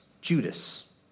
Judas